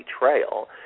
betrayal